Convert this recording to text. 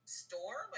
store